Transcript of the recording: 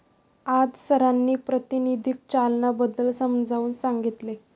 आज सरांनी प्रातिनिधिक चलनाबद्दल समजावून सांगितले